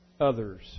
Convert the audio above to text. others